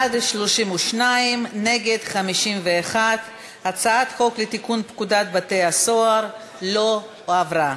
51. הצעת חוק לתיקון פקודת בתי-הסוהר לא עברה.